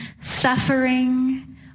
suffering